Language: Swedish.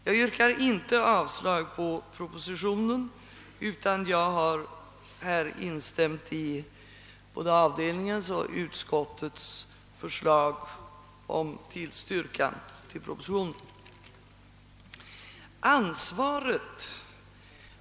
Jag yrkar inte avslag på propositionen, utan jag har instämt i både avdelningens och utskottets förslag om tillstyrkan till propositionen.